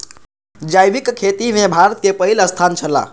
जैविक खेती में भारत के पहिल स्थान छला